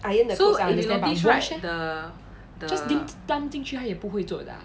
iron the clothes I understand but wash leh just dip 进去他也不会做的 ah